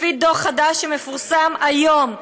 לפי דוח חדש שמפורסם היום,